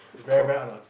very very unlucky